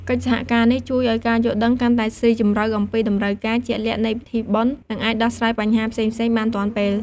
កិច្ចសហការនេះជួយឱ្យការយល់ដឹងកាន់តែស៊ីជម្រៅអំពីតម្រូវការជាក់លាក់នៃពិធីបុណ្យ និងអាចដោះស្រាយបញ្ហាផ្សេងៗបានទាន់ពេល។